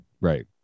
right